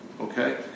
okay